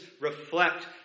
reflect